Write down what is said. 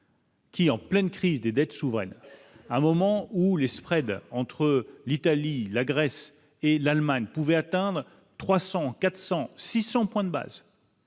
Qui, en pleine crise des dettes souveraines, à un moment où les spread entre l'Italie, la Grèce et l'Allemagne pouvaient atteindre 300 400 600 points de base.